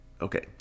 Okay